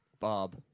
Bob